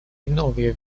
новые